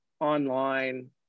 online